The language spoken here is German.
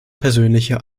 persönliche